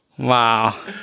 Wow